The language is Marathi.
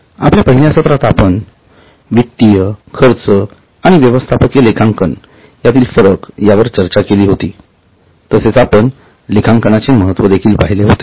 आपल्या पहिल्या सत्रात आपण वित्तीय खर्च आणि व्यवस्थापकीय लेखांकनातील फरक यावर चर्चा केली होती तसेच आपण लेखांकनाचे महत्त्व देखील पाहिले होते